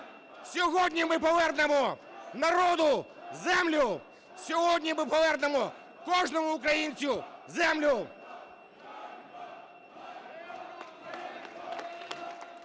Сьогодні ми повернемо народу землю! Сьогодні ми повернемо кожному українцю землю.